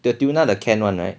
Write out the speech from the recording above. the tuna the can one right